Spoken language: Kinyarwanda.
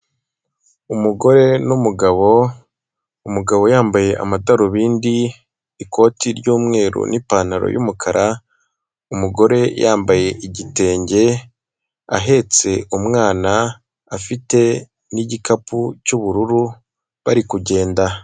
Umugore n'umugabo umugabo yambaye amadarubindi ikote ry'umweru, n'ipantaro y'umukara umugore akenyeye igitenge ahetse umwana afife n'igikapu cy'ubururu bari kugenda..